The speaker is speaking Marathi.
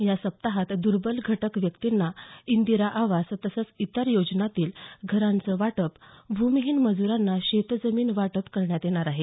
या सप्ताहात दुर्बल घटक व्यक्तींना इंदिरा आवास तसंच इतर योजनांतील घरांचं वाटप भूमिहीन मजूरांना शेतजमीन वाटप करण्यात येणार आहे